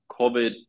COVID